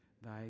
thy